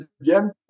again